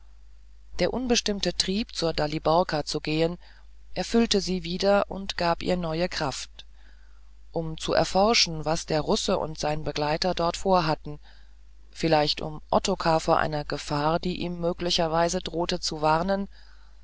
der unbestimmte trieb zur daliborka zu gehen erfühlte sie wieder und gab ihr neue kraft um zu erforschen was der russe und sein begleiter dort vorhatten vielleicht um ottokar vor einer gefahr die ihm möglicherweise drohte zu warnen